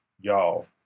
y'all